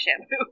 shampoo